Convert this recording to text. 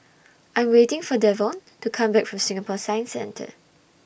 I Am waiting For Devaughn to Come Back from Singapore Science Centre